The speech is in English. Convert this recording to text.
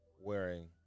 wearing